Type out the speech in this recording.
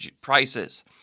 prices